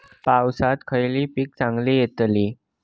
पावसात खयली पीका चांगली येतली?